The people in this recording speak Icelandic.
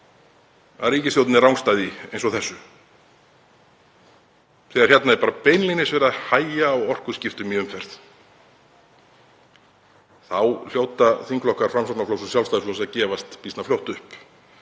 að ríkisstjórnin er rangstæð í eins og þessu, þegar hérna er beinlínis verið að hægja á orkuskiptum í umferð, þá hljóta þingflokkar Framsóknarflokks og Sjálfstæðisflokks að gefast býsna fljótt upp.